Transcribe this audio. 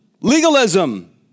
legalism